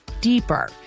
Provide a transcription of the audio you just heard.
deeper